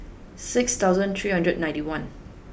six thousand three hundred ninety one